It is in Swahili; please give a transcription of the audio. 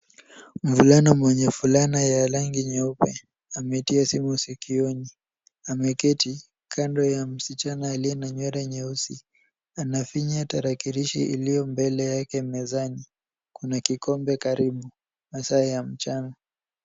Mvulana mwenye fulana ya rangi nyeupe ametia simu sikioni. Ameketi kando ya msichana aliye na nywele nyeusi. Anafinya tarakilishi iliyo mbele yake mezani. Kuna kikombe karibu. Masaa ya mchana.